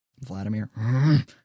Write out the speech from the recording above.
Vladimir